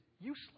useless